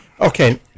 okay